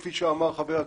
כפי שאמרת חבר הכנסת,